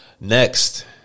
Next